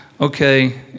okay